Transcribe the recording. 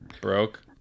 broke